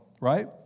right